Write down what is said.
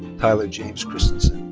tyler james christensen.